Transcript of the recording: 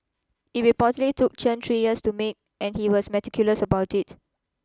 it reportedly took Chen tree years to make and he was meticulous about it